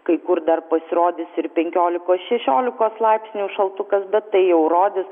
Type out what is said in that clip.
kai kur dar pasirodys ir penkiolikos šešiolikos laipsnių šaltukas bet tai jau rodys